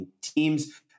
teams